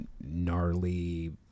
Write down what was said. gnarly